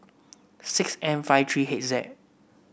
six N five three H Z